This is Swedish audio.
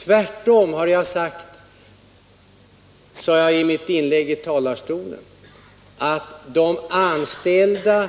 Tvärtom, jag menar att de anställda